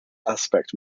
aspect